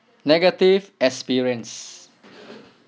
negative experience